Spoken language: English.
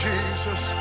Jesus